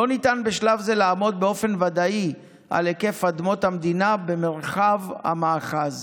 לא ניתן בשלב זה לעמוד באופן ודאי על היקף אדמות המדינה במרחב המאחז.